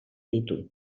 ditu